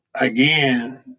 Again